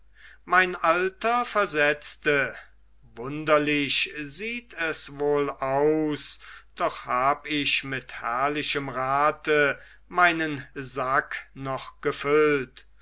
mein alter versetzte wunderlich sieht es wohl aus doch hab ich mit herrlichem rate meinen sack noch gefüllt